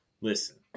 listen